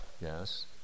Yes